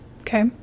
Okay